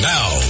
Now